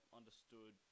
understood